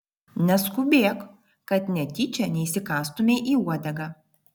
neskubėk kad netyčia neįsikąstumei į uodegą